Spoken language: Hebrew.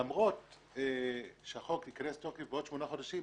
למרות שהחוק ייכנס לתוקף בעוד שמונה חודשים,